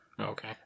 Okay